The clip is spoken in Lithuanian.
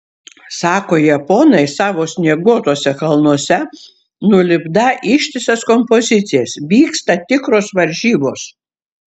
sako japonai savo snieguotuose kalnuose nulipdą ištisas kompozicijas vyksta tikros varžybos